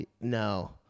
No